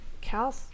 Cal